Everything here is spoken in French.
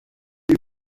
les